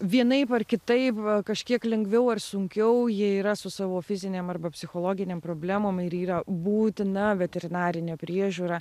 vienaip ar kitaip kažkiek lengviau ar sunkiau jie yra su savo fizinėm arba psichologinėm problemom ir yra būtina veterinarinė priežiūra